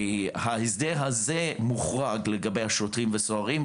ההסדר הזה מוחרג לגבי שוטרים וסוהרים,